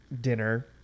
dinner